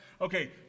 Okay